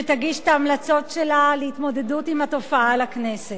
שתגיש את ההמלצות שלה להתמודדות עם התופעה לכנסת.